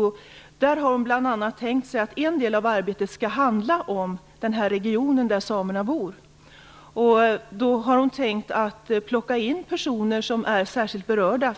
Hon har bl.a. tänkt sig att en del av arbetet skall handla om den region där samerna bor. Därför avser hon att plocka in personer från det området som är särskilt berörda.